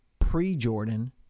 pre-Jordan